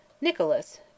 Nicholas